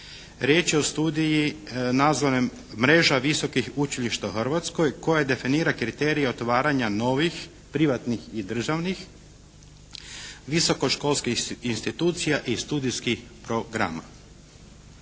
Riječ je o studiju nazvanom mreža visokih učilišta u Hrvatskoj koja definira kriterije otvaranja novih privatnih i državnih visokoškolskih institucija i studijskih programa.